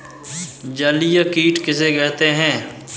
जलीय कीट किसे कहते हैं?